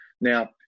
Now